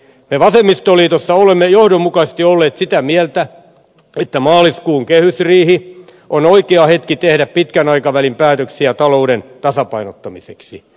me vasemmistoliitossa olemme johdonmukaisesti olleet sitä mieltä että maaliskuun kehysriihi on oikea hetki tehdä pitkän aikavälin päätöksiä talouden tasapainottamiseksi